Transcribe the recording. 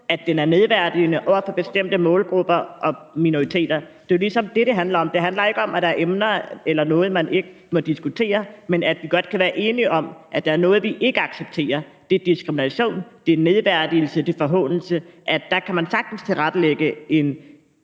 at den er nedværdigende over for bestemte målgrupper og minoriteter. Det er jo ligesom det, det handler om. Det handler ikke om, at der er emner eller noget, man ikke må diskutere, men at vi godt kan være enige om, at der er noget, vi ikke accepterer, og det er diskrimination, det er nedværdigelse, det er forhånelse, og at man sagtens kan tilrettelægge en